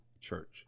church